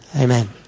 Amen